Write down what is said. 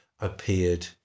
appeared